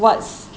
what's